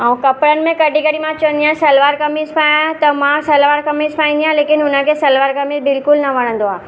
ऐं कपिड़नि में कॾहिं कॾहिं मां चवंदी आहियां सलवारु कमीज़ पायां त मां सलवार कमीज़ पाईंदी आहियां लेकिन हुनखे सलवार कमीज बिल्कुलु न वणंदो आहे